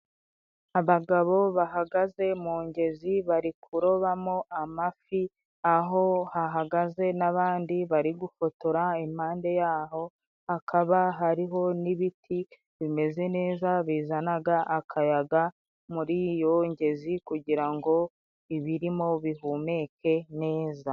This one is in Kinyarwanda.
Abagabo bahagaze mu ngezi bari kurobamo amafi, aho hahagaze n'abandi bari gufotora, impande yaho hakaba hariho n'ibiti bimeze neza, bizanaga akayaga muri iyo ngezi kugira ngo ibirimo bihumeke neza.